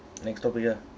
next topic ah